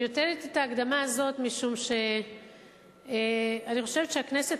אני נותנת את ההקדמה הזאת משום שאני חושבת שהכנסת